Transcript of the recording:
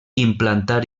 implantar